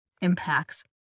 impacts